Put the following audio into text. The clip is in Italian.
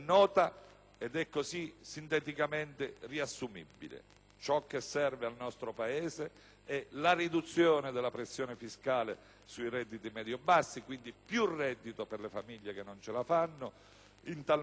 ed è così sinteticamente riassumibile: ciò che serve al nostro Paese è la riduzione della pressione fiscale sui redditi medio-bassi, quindi più reddito per le famiglie che non ce la fanno, dando in tal modo